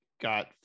got